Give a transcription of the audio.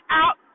out